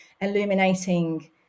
illuminating